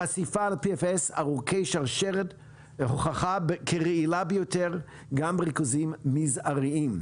חשיפה ל-PFAS ארוכי שרשרת הוכחה כרעילה ביותר גם בריכוזים מזעריים,